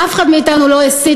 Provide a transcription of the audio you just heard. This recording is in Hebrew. אף אחד מאתנו לא הסית,